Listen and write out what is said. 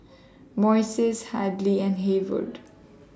Moises Hadley and Haywood